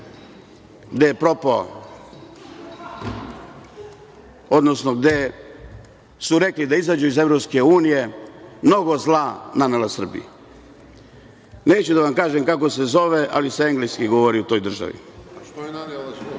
gde su rekli da izađu iz EU mnogo zla nanela Srbiji. Neću da vam kažem kako se zove, ali se engleski govori u toj državi.(Vojislav Šešelj,